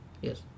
Yes